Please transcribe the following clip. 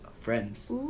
friends